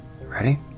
Ready